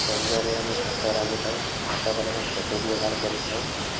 ଗଞ୍ଜରେ ଆମେ ଭାତ ରାନ୍ଧିଥାଉ ଭାତ କଲେ ଆମେ ଚଟୁ ବ୍ୟବହାର କରିଥାଉ